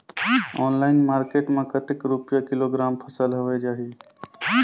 Online market मां कतेक रुपिया किलोग्राम फसल हवे जाही?